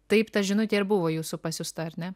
taip ta žinutė ir buvo jūsų pasiųsta ar ne